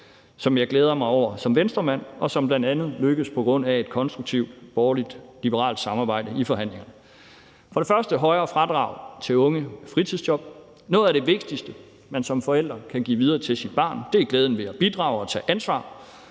som jeg glæder mig over som Venstremand, og som bl.a. lykkedes på grund af et konstruktivt borgerligt-liberalt samarbejde i forhandlingerne. For det første er det et højere fradrag til unge med fritidsjob. Noget af det vigtigste, man som forældre kan give videre til sit barn, er glæden ved at bidrage og tage ansvar.